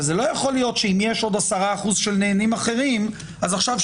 אבל לא יכול להיות שאם יש עוד 10% של נהנים אחרים אז מה,